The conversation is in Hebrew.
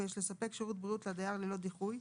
ויש לספק שירות בריאות לדייר ללא דיחוי,